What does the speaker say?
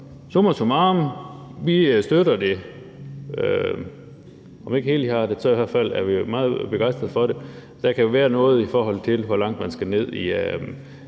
summa summarum: Vi støtter det, om ikke helhjertet, men vi er i hvert fald meget begejstret for det. Der kan være noget, i forhold til hvor langt man skal ned i